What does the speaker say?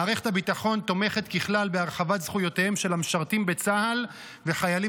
מערכת הביטחון תומכת ככלל בהרחבת זכויותיהם של המשרתים בצה"ל וחיילים